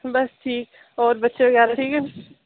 बस ठीक होर बच्चे बगैरा ठीक न